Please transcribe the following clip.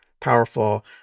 powerful